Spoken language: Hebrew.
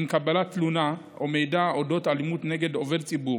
עם קבלת תלונה או מידע אודות אלימות נגד עובד ציבור